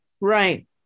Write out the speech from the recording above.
Right